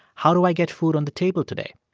how do i get food on the table today?